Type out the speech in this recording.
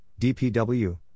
DPW